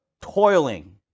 toiling